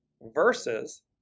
Versus